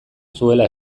zuela